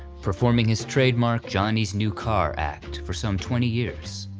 performing his trademark johnny's new car act for some twenty years.